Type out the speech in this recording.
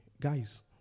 Guys